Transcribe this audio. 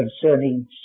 concerning